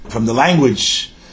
language